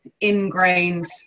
ingrained